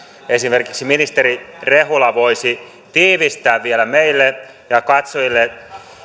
esimerkiksi ministeri rehula voisi tiivistää vielä meille ja katsojille